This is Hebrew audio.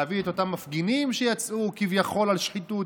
להביא את אותם מפגינים שיצאו כביכול על שחיתות,